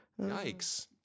Yikes